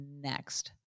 next